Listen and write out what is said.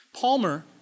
Palmer